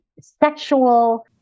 sexual